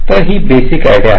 तर ही basic idea आहे